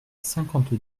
cinquante